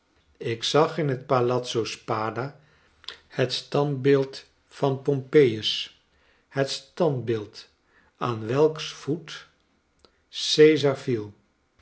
ik zag in het palazzo s p a d a het standbeeld vanpompejus het standbeeld aan welks voet cesar viel